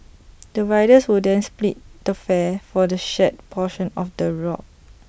the riders will then split the fare for the shared portion of the rock